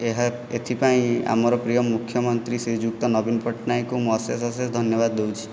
ଏହା ଏଥିପାଇଁ ଆମର ପ୍ରିୟ ମୁଖ୍ୟମନ୍ତ୍ରୀ ଶ୍ରୀଯୁକ୍ତ ନବୀନ ପଟ୍ଟନାୟକଙ୍କୁ ମୁଁ ଅଶେଷ ଅଶେଷ ଧନ୍ୟବାଦ ଦେଉଛି